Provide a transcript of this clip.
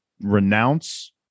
renounce